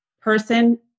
person